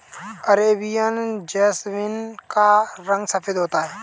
Arabian jasmine का रंग सफेद होता है